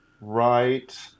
Right